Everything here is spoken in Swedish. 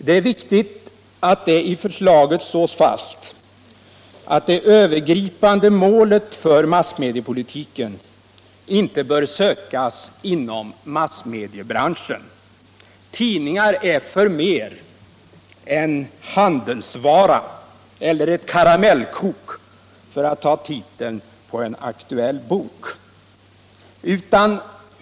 Det är viktigt att det i förslaget slås fast att det övergripande målet för massmediepolitiken inte bör sökas inom massmediebranschen. Tidningar är förmer än handelsvara eller ”Karamellkok” — för att ta titeln på en aktuell bok.